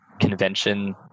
convention